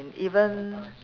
and even